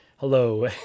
Hello